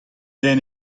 den